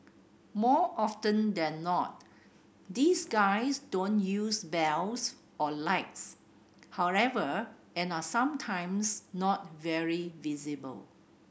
more often than not these guys don't use bells or lights however and are sometimes not very visible